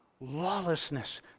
Lawlessness